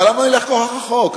אבל למה נלך כל כך רחוק?